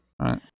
right